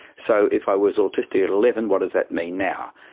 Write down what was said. so if i was autistic at eleven, what does that mean now?